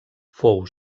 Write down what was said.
fou